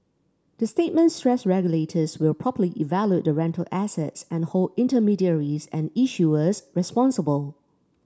the statement stressed regulators will properly evaluate the rental assets and hold intermediaries and issuers responsible